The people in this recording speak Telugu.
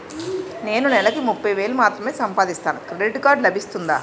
నేను నెల కి ముప్పై వేలు మాత్రమే సంపాదిస్తాను క్రెడిట్ కార్డ్ లభిస్తుందా?